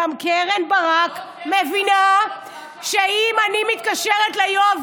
גם קרן ברק מבינה שאם אני מתקשרת ליואב